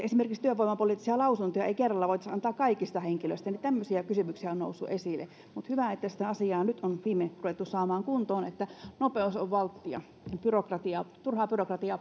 esimerkiksi työvoimapoliittisia lausuntoja ei kerralla voitaisi antaa kaikista henkilöistä tämmöisiä kysymyksiä on noussut esille hyvä että sitä asiaa on nyt viimein ruvettu saamaan kuntoon nopeus on valttia turhaa byrokratiaa